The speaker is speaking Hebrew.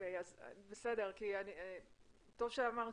טוב שאמרת